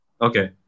Okay